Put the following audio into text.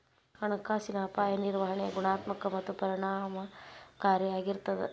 ಹಣಕಾಸಿನ ಅಪಾಯ ನಿರ್ವಹಣೆ ಗುಣಾತ್ಮಕ ಮತ್ತ ಪರಿಣಾಮಕಾರಿ ಆಗಿರ್ತದ